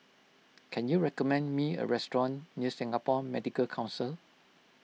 can you recommend me a restaurant near Singapore Medical Council